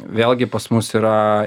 vėlgi pas mus yra